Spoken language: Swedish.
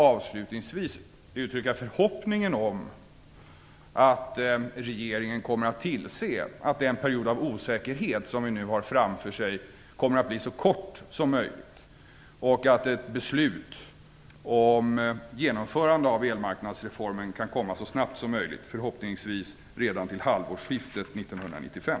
Avslutningsvis vill jag därför uttrycka förhoppningen att regeringen kommer att tillse att den period av osäkerhet som vi nu har framför oss kommer att bli så kort som möjligt och att ett beslut om genomförande av elmarknadsreformen kan komma så snabbt som möjligt. Ett sådant beslut kommer förhoppningsvis redan till halvårsskiftet 1995.